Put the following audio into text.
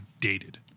dated